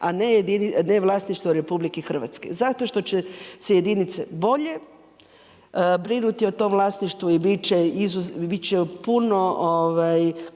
a ne vlasništvo RH, zato što će se jedinice bolje brinuti o tom vlasništvu i bit će puno